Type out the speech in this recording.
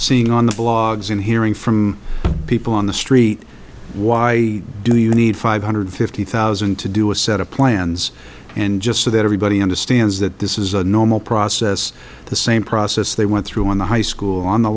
seeing on the blogs and hearing from people on the street why do you need five hundred fifty thousand to do a set of plans and just so that everybody understands that this is a normal process the same process they went through in the high school on the